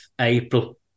April